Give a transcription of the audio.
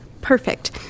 perfect